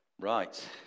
Right